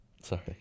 sorry